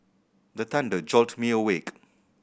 the thunder jolt me awake